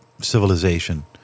civilization